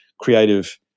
creative